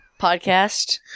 podcast